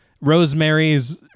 Rosemary's